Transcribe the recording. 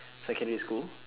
secondary school